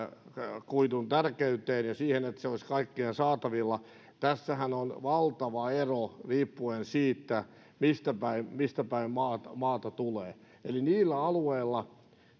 valokuidun tärkeyteen ja siihen että se olisi kaikkien saatavilla tässähän on valtava ero riippuen siitä mistä päin maata tulee eli niillä alueilla